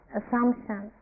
assumption